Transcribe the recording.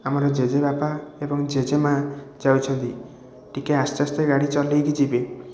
ଆମର ଜେଜେ ବାପା ଏବଂ ଜେଜେମା ଯାଉଛନ୍ତି ଟିକେ ଆସ୍ତେ ଆସ୍ତେ ଗାଡ଼ି ଚଲେଇକି ଯିବେ